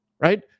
right